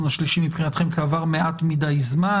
השלישי מבחינתכם כי עבר מעט מדי זמן?